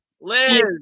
Liz